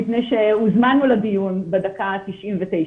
מפני שהוזמנו לדיון בדקה ה-99.